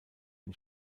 ein